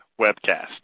webcast